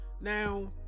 Now